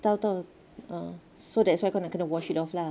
tahu tahu ah so that's why kau kena wash it off lah